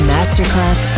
Masterclass